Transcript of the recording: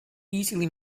easily